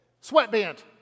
sweatband